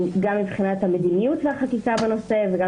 גם מבחינת המדיניות והחקיקה בנושא וגם